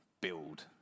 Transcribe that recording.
build